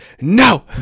no